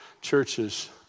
churches